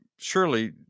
surely